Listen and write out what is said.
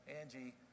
Angie